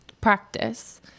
practice